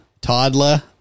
Toddler